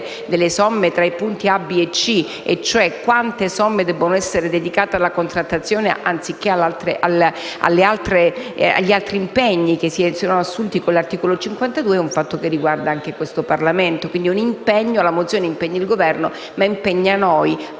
delle somme tra i punti *a)*, *b)* e *c)* e cioè quante risorse debbano essere dedicate alla contrattazione anziché agli altri impegni assunti con l'articolo 52, è un fatto che riguarda anche questo Parlamento. Quindi, la mozione impegna il Governo, ma impegna anche